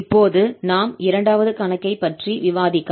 இப்போது நாம் இரண்டாவது கணக்கை பற்றி விவாதிக்கலாம்